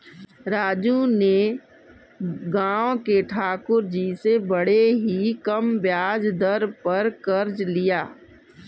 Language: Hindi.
राजू ने गांव के ठाकुर जी से बड़े ही कम ब्याज दर पर कर्ज लिया